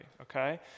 okay